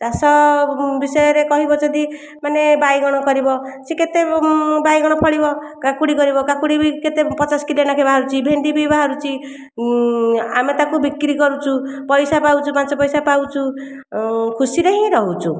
ଚାଷ ବିଷୟରେ କହିବ ଯଦି ମାନେ ବାଇଗଣ କରିବ ସେ କେତେ ବାଇଗଣ ଫଳିବ କାକୁଡ଼ି କରିବ କାକୁଡ଼ି ବି କେତେ ପଚାଶ କିଲୋ ନାକ ବାହାରୁଛି ଭେଣ୍ଡି ବି ବାହାରୁଛି ଆମେ ତାକୁ ବିକ୍ରି କରୁଛୁ ପଇସା ପାଉଛୁ ପାଞ୍ଚ ପଇସା ପାଉଛୁ ଖୁସିରେ ହିଁ ରହୁଛୁ